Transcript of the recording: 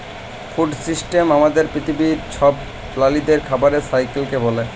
food system আমাদের পিথিবীর ছব প্রালিদের খাবারের সাইকেলকে ব্যলে